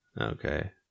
Okay